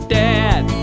dad